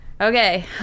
Okay